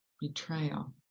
betrayal